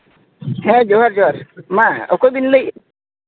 ᱦᱮᱸ ᱡᱚᱦᱟᱨ ᱡᱚᱦᱟᱨ ᱢᱟ ᱚᱠᱚᱭ ᱵᱤᱱ ᱞᱟᱹᱭᱮᱫ